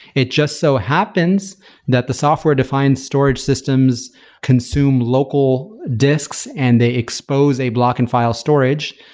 it just so happens that the software defined storage systems consume local disks and they expose a block and file storage,